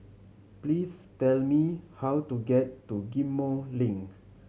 please tell me how to get to Ghim Moh Link